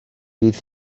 bydd